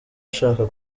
ashaka